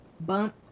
bump